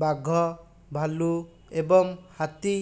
ବାଘ ଭାଲୁ ଏବଂ ହାତୀ